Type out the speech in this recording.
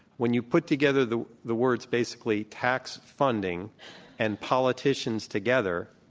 when you put together the the words basically tax funding and politicians together,